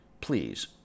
please